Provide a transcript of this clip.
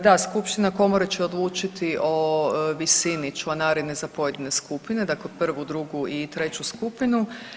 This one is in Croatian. Da, skupština komore će odlučiti o visini članarine za pojedine skupine, dakle prvu, drugi i treću skupinu.